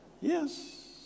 Yes